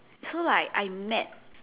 so like I met